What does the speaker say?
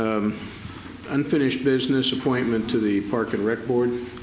n unfinished business appointment to the park and rec